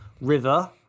river